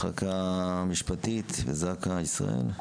מחלקה משפטית בזק"א ישראל.